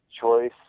choice